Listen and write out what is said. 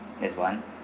that's one